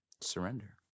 surrender